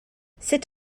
sut